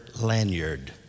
lanyard